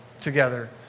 together